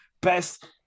best